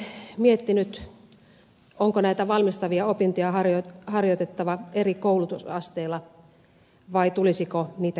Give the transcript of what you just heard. samoin olen miettinyt onko näitä valmistavia opintoja harjoitettava eri koulutusasteilla vai tulisiko niitä keskittää